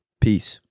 Peace